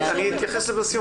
אני אתייחס לזה בסיום.